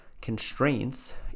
constraints